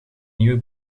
nieuwe